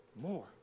more